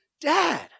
Dad